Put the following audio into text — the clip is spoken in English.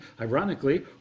ironically